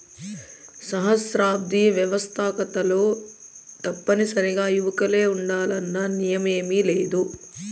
సహస్రాబ్ది వ్యవస్తాకతలో తప్పనిసరిగా యువకులే ఉండాలన్న నియమేమీలేదు